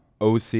OC